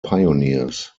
pioneers